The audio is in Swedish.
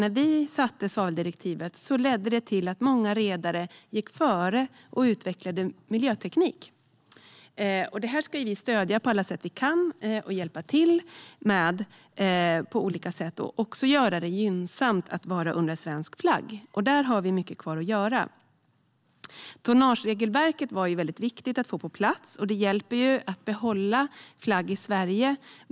När vi antog svaveldirektivet ledde det till att många redare gick före och utvecklade miljöteknik. Detta ska vi stödja och hjälpa till med på alla sätt vi kan. Det ska bli gynnsamt att segla under svensk flagg. Där har vi mycket kvar att göra. Tonnageregelverket var väldigt viktigt att få på plats. Det hjälper till med att behålla flagg i Sverige.